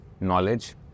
knowledge